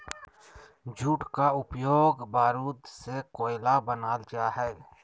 jute का उपयोग बारूद से कोयला बनाल जा हइ